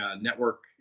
network